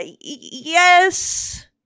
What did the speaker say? yes